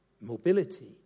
mobility